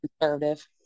conservative